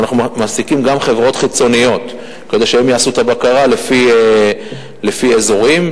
אז אנחנו מעסיקים גם חברות חיצוניות כדי שהן יעשו את הבקרה לפי אזורים.